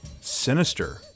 sinister